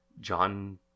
John